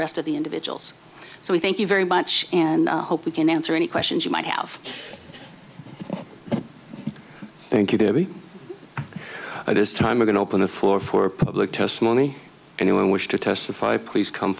rest of the individuals so we thank you very much and hope we can answer any questions you might have thank you very this time we're going to open the floor for public testimony anyone wish to testify please come